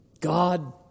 God